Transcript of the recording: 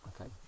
okay